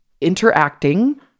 interacting